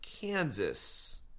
Kansas